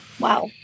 Wow